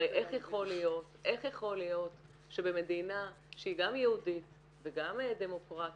הרי איך יכול להיות שבמדינה שהיא גם יהודית וגם דמוקרטית,